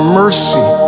mercy